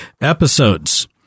episodes